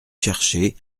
chercher